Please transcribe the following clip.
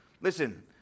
Listen